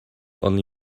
only